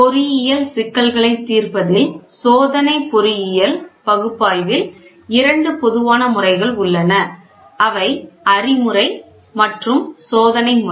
பொறியியல் சிக்கல்களைத் தீர்ப்பதில் சோதனை பொறியியல் பகுப்பாய்வில் இரண்டு பொதுவான முறைகள் உள்ளன அவை அறிமுறை மற்றும் சோதனை முறை